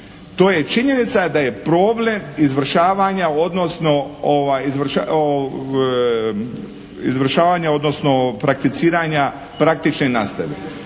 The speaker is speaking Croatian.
To je činjenica da je problem izvršavanja, odnosno prakticiranja praktične nastave